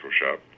shop